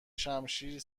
شمشیر